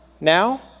Now